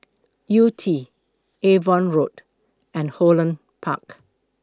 Yew Tee Avon Road and Holland Park